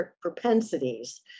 propensities